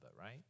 right